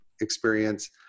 experience